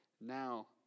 now